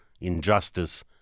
injustice